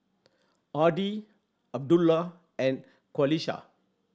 Adi Abdullah and Qalisha